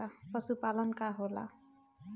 पशुपलन का होला?